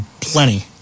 plenty